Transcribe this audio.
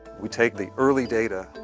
we take the early data,